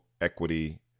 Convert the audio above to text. equity